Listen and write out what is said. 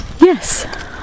Yes